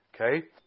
Okay